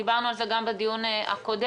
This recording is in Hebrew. דיברנו על זה גם בדיון הקודם,